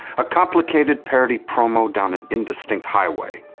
a complicated parody promo down an indistinct highway,